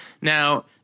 Now